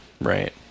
Right